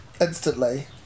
instantly